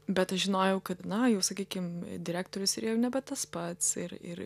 bet aš žinojau kad na jau sakykim direktorius ir jau nebe tas pats ir ir